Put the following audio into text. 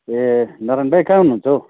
ए नारायण दाइ कहाँ हुनुहुन्छ हौ